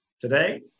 Today